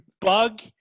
bug